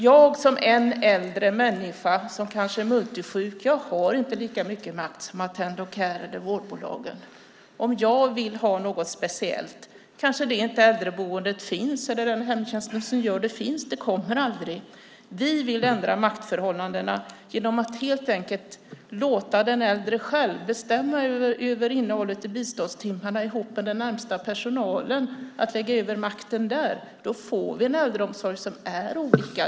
Jag som en äldre människa, kanske multisjuk, har inte lika mycket makt som Attendo Care eller vårdbolagen. Om jag vill ha något speciellt kanske det äldreboendet inte finns, eller den hemtjänst som gör det kommer aldrig. Vi vill ändra maktförhållandena genom att helt enkelt låta den äldre själv bestämma över innehållet i biståndstimmarna ihop med den närmaste personalen och lägga över makten där. Då får vi en äldreomsorg som är olika.